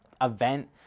event